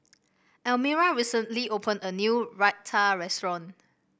Almira recently opened a new Raita Restaurant